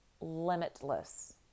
limitless